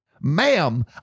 Ma'am